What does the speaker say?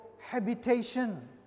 habitation